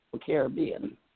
Caribbean